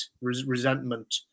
resentment